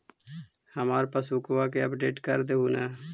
हमार पासबुकवा के अपडेट कर देहु ने?